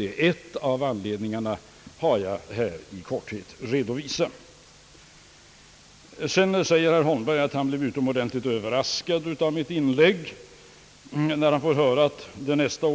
En av anledningarna har jag här i korthet redovisat. Herr Holmberg hade blivit utomordentligt överraskad när han av mitt inlägg fick klart för sig att det är meningen att nästa